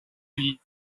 lee